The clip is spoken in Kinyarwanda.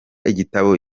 igitabo